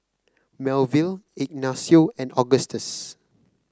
Melville Ignacio and Augustus